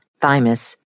thymus